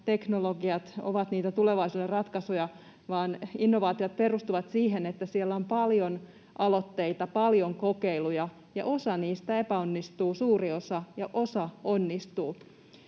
teknologiat ovat niitä tulevaisuuden ratkaisuja, vaan innovaatiot perustuvat siihen, että siellä on paljon aloitteita, paljon kokeiluja, ja osa niistä epäonnistuu, suuri osa, ja osa onnistuu.